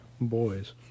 boys